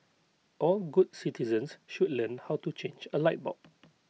all good citizens should learn how to change A light bulb